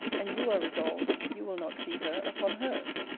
and you are resolved you will not see her upon hers.